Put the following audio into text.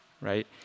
right